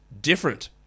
different